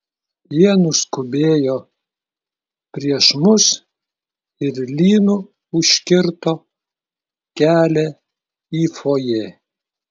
jie nuskubėjo prieš mus ir lynu užkirto kelią į fojė